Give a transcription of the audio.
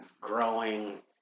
growing